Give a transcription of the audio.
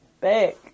back